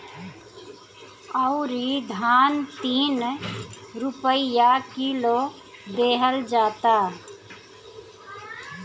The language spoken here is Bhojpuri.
अउरी धान तीन रुपिया किलो देहल जाता